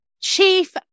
Chief